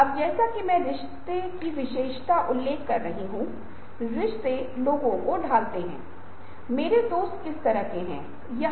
तो आप देखते हैं कि ये परिवर्तन निश्चित रूप से इस तथ्य की ओर इशारा करते हैं कि विजुअल्स ने महत्वपूर्ण तरीके से काम लिया है